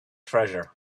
treasure